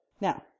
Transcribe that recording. Now